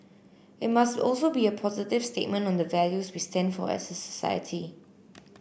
it must also be a positive statement on the values we stand for as society